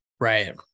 Right